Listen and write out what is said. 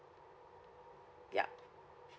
yup